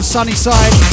Sunnyside